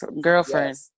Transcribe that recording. girlfriend